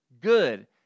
good